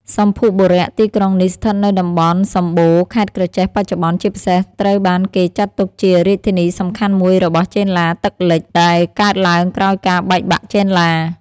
សម្ភុបុរៈ ទីក្រុងនេះស្ថិតនៅតំបន់ សម្បូរ ខេត្តក្រចេះ បច្ចុប្បន្ន ជាពិសេសត្រូវបានគេចាត់ទុកជារាជធានីសំខាន់មួយរបស់ ចេនឡាទឹកលិច ដែលកើតឡើងក្រោយការបែកបាក់ចេនឡា។